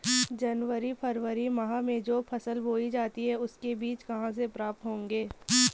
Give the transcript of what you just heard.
जनवरी फरवरी माह में जो फसल बोई जाती है उसके बीज कहाँ से प्राप्त होंगे?